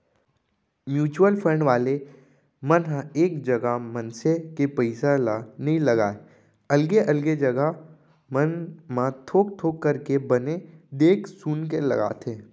mutual fund वाले मन ह एक जगा मनसे के पइसा ल नइ लगाय अलगे अलगे जघा मन म थोक थोक करके बने देख सुनके लगाथे